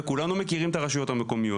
וכולנו מכירים את הרשויות המקומיות.